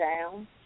down